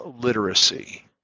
literacy